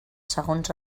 segons